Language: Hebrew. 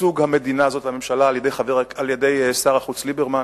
ייצוג המדינה הזאת והממשלה על-ידי שר החוץ ליברמן,